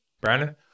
Brandon